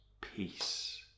peace